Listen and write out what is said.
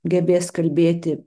gebės kalbėti